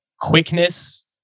quickness